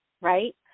right